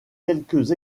quelques